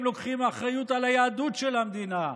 הם לוקחים אחריות על היהדות של המדינה.